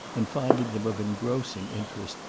and finding them of engrossing interest,